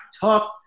tough